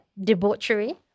debauchery